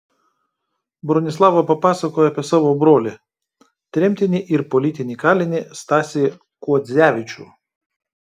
bronislava papasakojo apie savo brolį tremtinį ir politinį kalinį stasį kuodzevičių